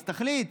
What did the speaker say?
אז תחליט.